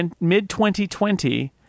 mid-2020